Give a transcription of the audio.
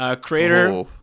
Creator